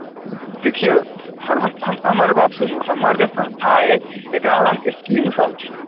देखियौ हम हम हमर गप्प सुनू हमर जे संस्था अइ एकरा लग स्कीमसभ छै